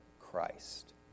Christ